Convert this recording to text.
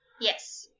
Yes